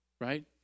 right